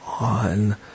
on